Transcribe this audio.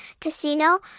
casino